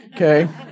Okay